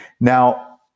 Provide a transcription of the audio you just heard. Now